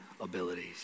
abilities